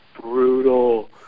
brutal